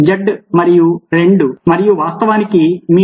z మరియు 2 మరియు వాస్తవానికి మీకు